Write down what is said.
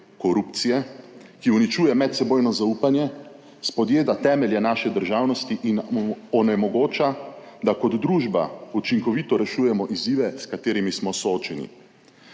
korupcije, ki uničuje medsebojno zaupanje, spodjeda temelje naše državnosti in mu onemogoča, da kot družba učinkovito rešujemo izzive, s katerimi smo soočeni.